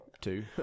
two